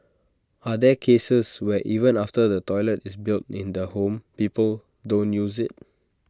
are there cases where even after the toilet is built in the home people don't use IT